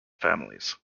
families